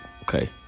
Okay